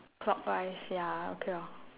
clockwise ya okay loh